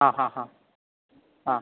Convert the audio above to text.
ആഹാഹ് ആ